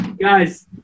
guys